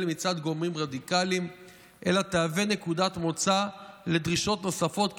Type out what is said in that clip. מצד גורמים רדיקליים אלא תהווה נקודת מוצא לדרישות נוספות,